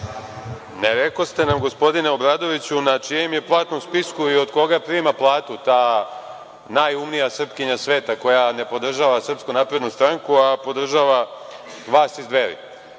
Ne rekoste nam, gospodine Obradoviću, na čijem je platnom spisku i od koga prima platu ta najumnija Srpkinja svega koja ne podržava SNS, a podržava vas iz Dveri. Da